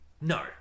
No